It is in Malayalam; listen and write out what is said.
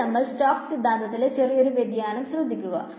ഇനി നമ്മൾ സ്റ്റോക്സ് സിദ്ധാന്തത്തിലെ ചെറിയൊരു വ്യതിയാനം ശ്രദ്ധിക്കണം